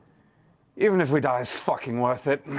even if we die, it's fucking worth it.